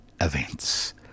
Events